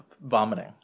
vomiting